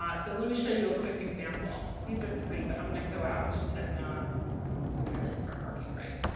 um so let me show you a quick example these are three but i'm going to go out and because my links aren't working right